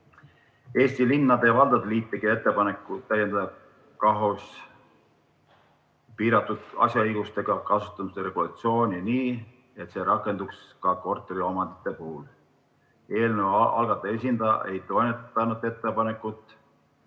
Eesti Linnade ja Valdade Liit tegi ettepaneku täiendada KAHOS‑es piiratud asjaõigustega kasutamise regulatsiooni nii, et see rakenduks ka korteriomandite puhul. Eelnõu algataja esindaja ei toetanud ettepanekut.